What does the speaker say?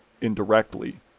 indirectly